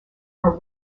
are